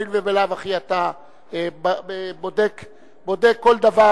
הואיל ובלאו הכי אתה בודק כל דבר,